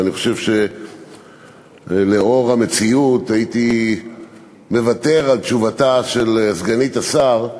אבל אני חושב שלאור המציאות הייתי מוותר על תשובתה של סגנית השר,